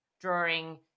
drawing